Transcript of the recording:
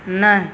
नहि